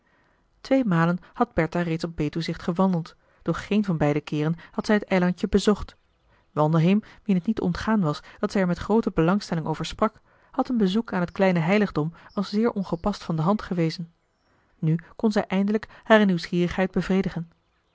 twee malen had bertha reeds op betuwzicht gewandeld doch geen van beide keeren had zij het eilandje bezocht wandelheem wien het niet ontgaan was dat zij er met groote belangstelling over sprak had een bezoek aan het kleine heiligdom als zeer ongepast van de hand gewezen nu kon zij eindelijk hare nieuwsgierigheid bevredigen